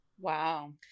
Wow